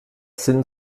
sind